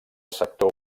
sector